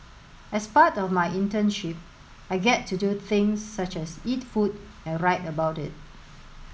as part of my internship I get to do things such as eat food and write about it